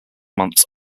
months